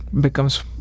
becomes